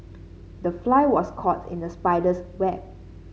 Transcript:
the fly was caught in the spider's web